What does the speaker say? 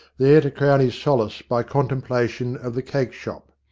there to crown his solace by contemplation of the cake-shop.